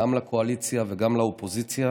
גם לקואליציה וגם לאופוזיציה